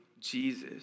Jesus